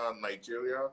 Nigeria